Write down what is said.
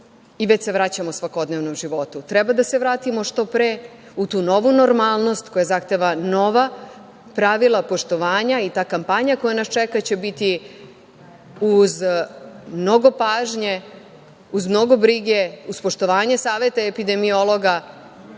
i već se vraćamo svakodnevnom životu. Treba da se vratimo što pre u tu novu normalnost koja zahteva nova pravila, poštovanja i ta kampanja koja nas čeka će biti uz mnogo pažnje, uz mnogo brige, uz poštovanje saveta epidemiologa,